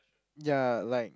ya like